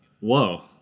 whoa